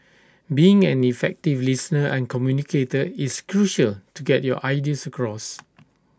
being an effective listener and communicator is crucial to get your ideas across